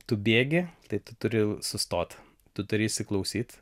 tu bėgi tai tu turi sustot tu turi įsiklausyt